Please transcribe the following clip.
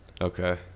Okay